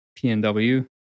PNW